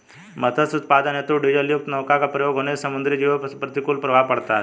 मत्स्य उत्पादन हेतु डीजलयुक्त नौका का प्रयोग होने से समुद्री जीवों पर प्रतिकूल प्रभाव पड़ता है